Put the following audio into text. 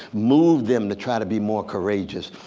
move them to try to be more courageous.